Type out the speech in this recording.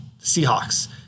Seahawks